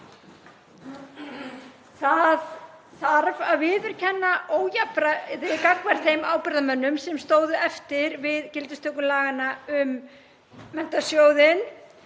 Það þarf að viðurkenna ójafnræði gagnvart þeim ábyrgðarmönnum sem stóðu eftir við gildistöku laganna um menntasjóðinn.